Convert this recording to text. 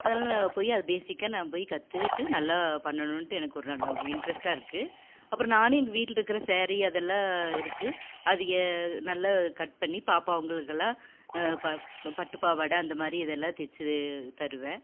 அதனால் நான் போய் அதை பேஸிக்காக நான் போய் கத்துகிட்டு நல்லா பண்ணணுன்ட்டு எனக்கு ஒரு ந ந இன்ட்ரெஸ்ட்டாக இருக்குது அப்புறம் நானே எங்கள் வீட்டில இருக்கிற ஸேரீ அதெலாம் இருக்குது அதை நல்லா கட் பண்ணி பாப்பாவுங்களுக்கெல்லாம் ப பட்டு பாவாடை அந்த மாதிரி இதெல்லாம் தச்சி தருவேன்